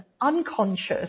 unconscious